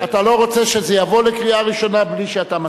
אתה לא רוצה שזה יבוא לקריאה ראשונה בלי שאתה מסכים.